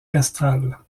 castrale